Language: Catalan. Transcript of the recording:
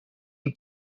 tan